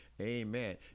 amen